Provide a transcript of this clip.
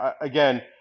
Again